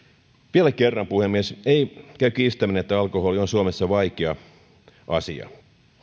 vielä kerran puhemies ei käy kiistäminen että alkoholi on suomessa vaikea asia